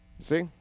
See